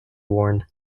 worn